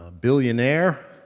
billionaire